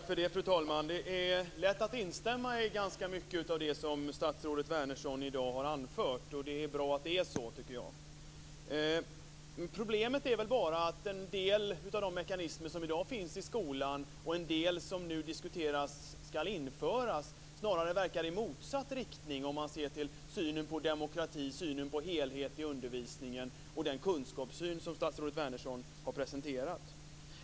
Fru talman! Det är lätt att instämma i ganska mycket av det som statsrådet Wärnersson i dag har anfört. Det är bra att det är så. Problemet är bara att en del av de mekanismer som i dag finns i skolan och en del av det som nu diskuteras skall införas snarare verkar i motsatt riktning med tanke på synen på demokrati, helhet i undervisningen och den kunskapssyn som statsrådet har presenterat.